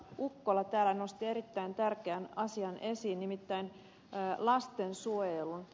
ukkola täällä nosti erittäin tärkeän asian esiin nimittäin lastensuojelun